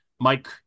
Mike